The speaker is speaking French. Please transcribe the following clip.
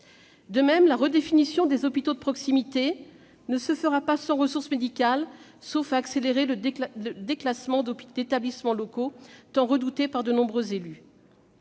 De même, la redéfinition des hôpitaux de proximité ne se fera pas sans ressources médicales, sauf à accélérer le déclassement d'établissements locaux, tant redouté par de nombreux élus.